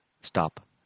stop